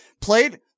played